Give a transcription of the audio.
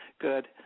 Good